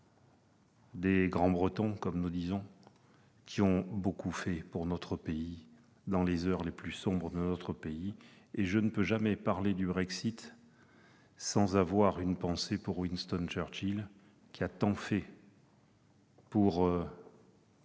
des Grands-Bretons, comme nous disons, ont beaucoup fait pour notre pays dans les heures les plus sombres. Je ne puis ainsi jamais parler du Brexit sans avoir une pensée pour Winston Churchill, qui a tant fait pour